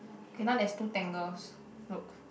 okay now there's two tangles look